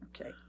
Okay